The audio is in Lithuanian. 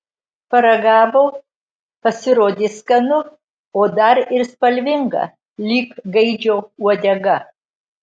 paragavo pasirodė skanu o dar ir spalvinga lyg gaidžio uodega